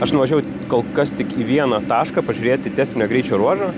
aš nuvažiavau kol kas tik į vieną tašką pažiūrėti testinio greičio ruožo